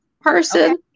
person